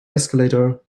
escalator